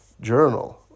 journal